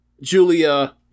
Julia